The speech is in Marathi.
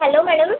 hello madam